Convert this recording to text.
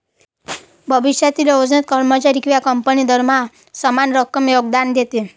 भविष्यातील योजनेत, कर्मचारी किंवा कंपनी दरमहा समान रक्कम योगदान देते